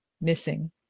Missing